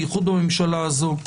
בייחוד בממשלה הזו,